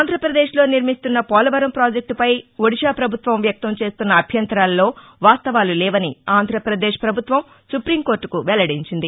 ఆంధ్రప్రదేశ్ లో నిర్మిస్తున్న పోలవరం ప్రాజక్యపై ఒడిశా ప్రభుత్వం వ్యక్తం చేస్తున్న అభ్యంతరాల్లో వాస్తవాలు లేవని ఆంధ్రప్రదేశ్ పభుత్వం సుప్రీంకోర్టకు వెల్లడించింది